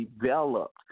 developed